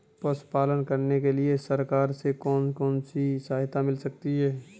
पशु पालन करने के लिए सरकार से कौन कौन सी सहायता मिलती है